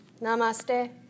Namaste